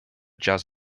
jazz